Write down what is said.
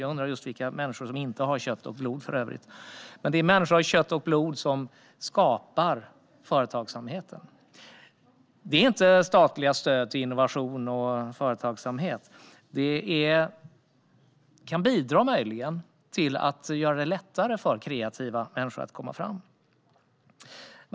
Jag undrar just vilka människor som inte består av kött och blod, för övrigt, men det är människor av kött och blod som skapar företagsamheten, inte statliga stöd till innovation och företagsamhet. De kan möjligen bidra till att göra det lättare för kreativa människor att komma fram.